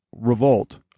revolt